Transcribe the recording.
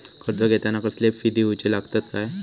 कर्ज घेताना कसले फी दिऊचे लागतत काय?